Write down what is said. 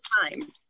time